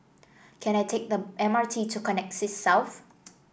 can I take the M R T to Connexis South